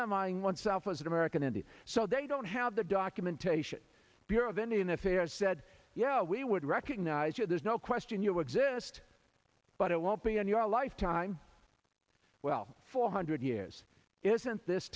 identifying oneself as an american indian so they don't have the documentation bureau of indian affairs said yeah we would recognise you there's no question you exist but it won't be in your lifetime well four hundred years isn't this